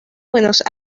buenos